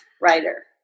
writer